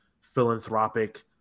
philanthropic